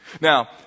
Now